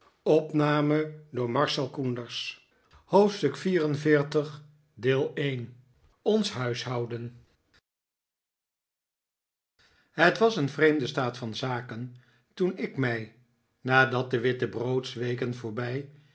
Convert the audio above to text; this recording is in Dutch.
xliv ons huishouden het was een vreemde staat van zaken toen ik mij nadat de wittebroodsweken voorbij